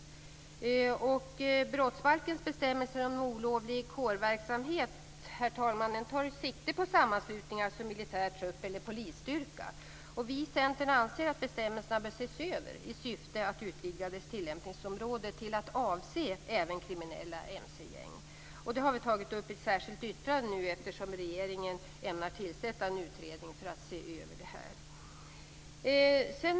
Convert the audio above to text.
Brottsbalkens bestämmelser om olovlig kårverksamhet, herr talman, tar sikte på sammanslutningar som militär trupp eller polisstyrka. Vi i Centern anser att bestämmelserna bör ses över i syfte att utvidga dess tillämpningsområde till att avse även kriminella mc-gäng. Det har vi tagit upp i ett särskilt yttrande, eftersom regeringen ämnar tillsätta en utredning för att se över frågan.